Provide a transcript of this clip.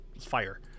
fire